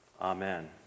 Amen